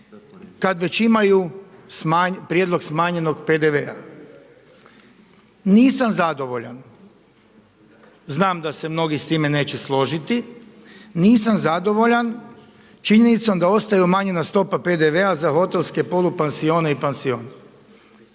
kada već imaju prijedlog smanjenog PDV-a. Nisam zadovoljan, znam da se mnogi s time neće složiti, nisam zadovoljan činjenicom da ostaje umanjena stopa PDV-a za hotelske polupansione i pansione.